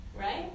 right